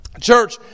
church